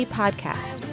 podcast